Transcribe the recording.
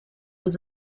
was